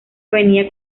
venía